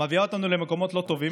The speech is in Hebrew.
מביאות אותנו למקומות לא טובים.